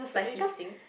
like he sing